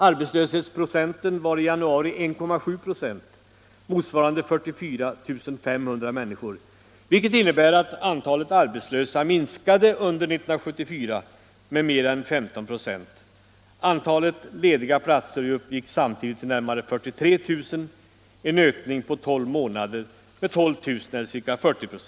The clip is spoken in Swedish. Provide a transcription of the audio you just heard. Arbetslöshetsprocenten var i januari 1,7 96, motsvarande 44 500 personer, vilket innebär att antalet arbetslösa minskade under 1974 med mer än 15 96. Antalet lediga platser uppgick samtidigt till närmare 43 000, en ökning på tolv månader med 12 000 eller ca 40 96.